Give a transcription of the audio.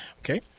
Okay